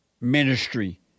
Ministry